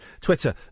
Twitter